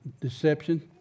deception